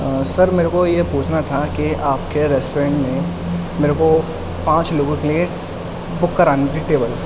سر میرے کو یہ پوچھنا تھا کہ آپ کے ریسٹورین میں میرے کو پانچ لوگوں کے لیے بک کرانی تھی ٹیبل